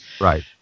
Right